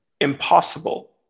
impossible